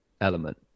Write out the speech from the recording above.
element